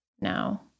now